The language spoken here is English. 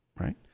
right